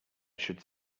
should